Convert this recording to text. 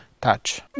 touch